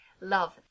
love